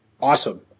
awesome